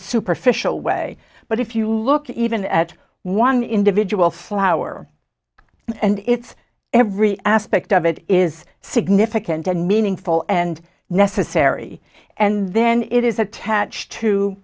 superficial way but if you look even at one individual flower and it's every aspect of it is significant and meaningful and necessary and then it is attached to